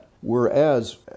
Whereas